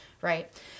Right